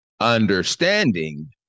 Understanding